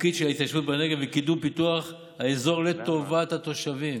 של ההתיישבות בנגב וקידום ופיתוח האזור לטובת התושבים.